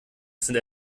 sind